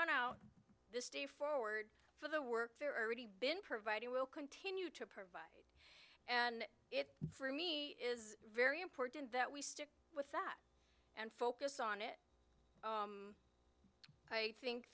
on out this day forward for the work they're already been providing will continue to provide and it for me is very important that we stick with that and focus on it i think